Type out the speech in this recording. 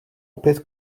opět